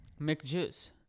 McJuice